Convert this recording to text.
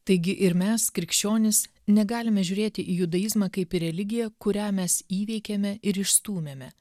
taigi ir mes krikščionys negalime žiūrėti į judaizmą kaip ir religiją kurią mes įveikėme ir išstūmėme